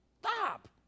Stop